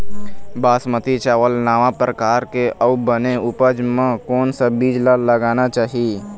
बासमती चावल नावा परकार अऊ बने उपज बर कोन सा बीज ला लगाना चाही?